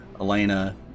Elena